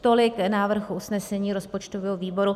Tolik návrh usnesení rozpočtového výboru.